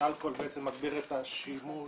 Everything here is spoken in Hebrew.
שאלכוהול בעצם מגביר את השימוש